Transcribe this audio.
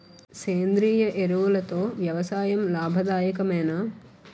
సేంద్రీయ ఎరువులతో వ్యవసాయం లాభదాయకమేనా?